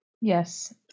Yes